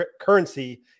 currency